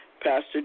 Pastor